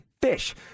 Fish